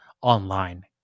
online